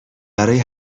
برای